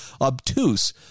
obtuse